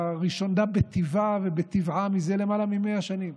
ראשונה בטיבה ובטבעה זה למעלה מ-100 שנים,